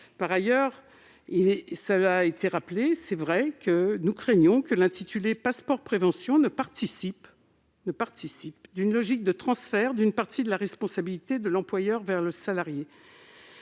Ensuite- cela a été rappelé -, nous craignons que l'intitulé « passeport de prévention » ne participe d'une logique de transfert d'une partie de la responsabilité de l'employeur vers le salarié.